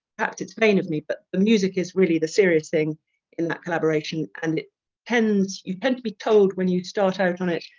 perhaps it's vain of me, but the music is really the serious thing in that collaboration and it depends you tend to be told when you start out on it